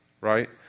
right